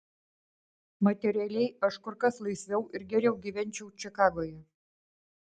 materialiai aš kur kas laisviau ir geriau gyvenčiau čikagoje